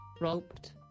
Roped